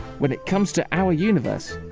when it comes to our universe,